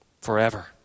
forever